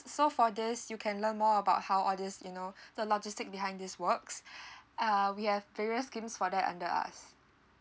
so for these you can learn more about how all these you know the logistic behind this works uh we have various schemes for that under us